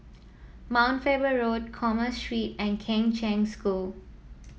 Mount Faber Road Commerce Street and Kheng Cheng School